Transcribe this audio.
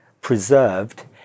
preserved